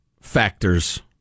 factors